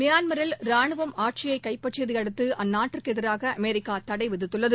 மியான்மரில் ரானுவம் ஆட்சியைகைப்பற்றியதைஅடுத்துஅந்நாட்டிற்குஎதிராகஅமெரிக்காதடைவிதித்துள்ளது